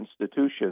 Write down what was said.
institutions